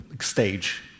stage